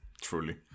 Truly